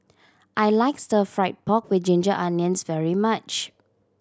I like Stir Fried Pork With Ginger Onions very much